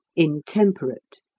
intemperate.